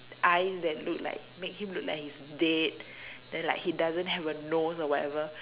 eyes that look like make him look like he's dead then like he doesn't have a nose or whatever